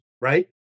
right